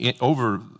over